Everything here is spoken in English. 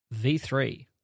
V3